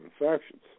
infections